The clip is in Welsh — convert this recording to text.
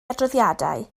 adroddiadau